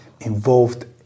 involved